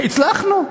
הצלחנו,